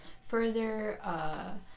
further